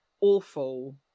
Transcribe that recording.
awful